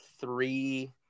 three